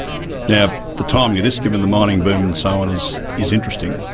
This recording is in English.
now, the timing of this, given the mining boom and so on, is is interesting,